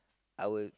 I will